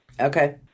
Okay